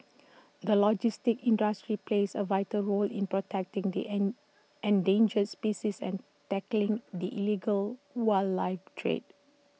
the logistics industry plays A vital role in protecting the endangered species and tackling the illegal wildlife trade